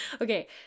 Okay